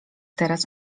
teraz